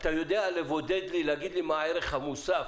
האם אתה יודע לבודד, להגיד לי מה הערך המוסף